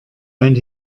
and